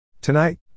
Tonight